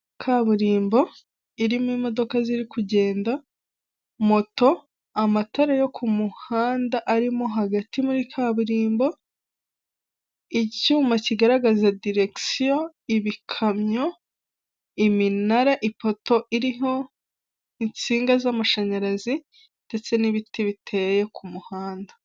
Kaburimbo irimo imodoka ziri kugenda, moto, amatara yo ku muhanda arimo hagati muri kaburimbo, icyuma kigaragaza diregisiyo, ibikamyo, iminara, ipoto iriho insinga z'amashanyarazi ndetse n'ibiti biteye ku muhanda.